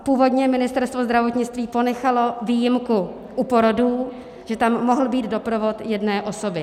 Původně Ministerstvo zdravotnictví ponechalo výjimku u porodů, že tam mohl být doprovod jedné osoby.